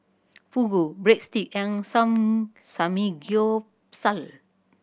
Fugu Breadstick and Samgeyopsal